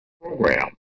program